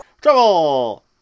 Trouble